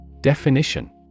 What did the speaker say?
Definition